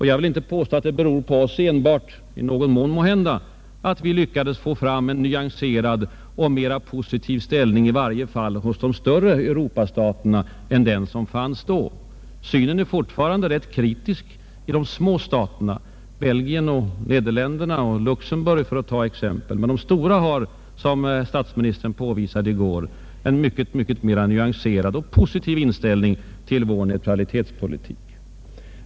Jag vill inte påstå att det beror på oss enbart — det gör det måhända i någon mån — att det blev möjligt att få till stånd en mera nyanserad och mera positiv stämning i varje fall hos de större Europastaterna än den som fanns dä. Synen på Sverige är fortfarande rätt kritisk i de små staterna — t.ex. Belgien, Nederländerna och Luxemburg — men de stora har, som statsministern påvisade i går, en mycket mera nyanserad och positiv inställning till vår neutralitetspolitik.